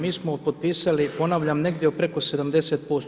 Mi smo potpisali, ponavljam, negdje preko 70%